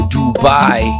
Dubai